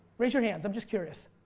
raise your hands i'm just curious.